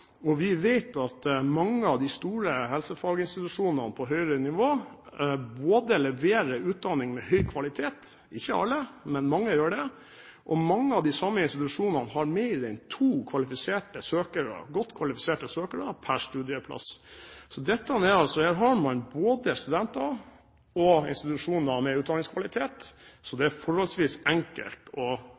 og regjeringen en gavepakke. Det er ikke bare en eldrebølge på gang, det er også en yngrebølge på gang. Vi vet at mange av de store helsefaginstitusjonene på høyere nivå leverer utdanning med høy kvalitet – ikke alle, men mange gjør det – og mange av de samme institusjonene har mer enn to godt kvalifiserte søkere per studieplass. Her har man både studenter og institusjoner med utdanningskvalitet, så det er forholdsvis